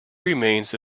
remains